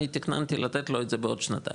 אני תכננתי לתת לו את זה בעוד שנתיים'.